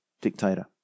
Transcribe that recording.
dictator